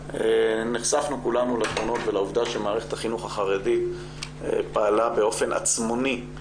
נחשפנו כולנו לתמונות ולעובדה שמערכת החינוך החרדית פעלה באופן עצמוני,